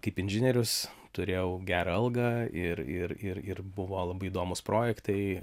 kaip inžinierius turėjau gerą algą ir ir ir ir buvo labai įdomūs projektai